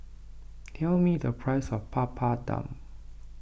tell me the price of Papadum